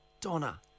Donna